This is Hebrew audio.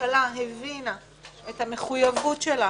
שהממשלה הבינה את המחויבות שלה